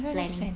planning